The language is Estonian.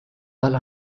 tal